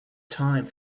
time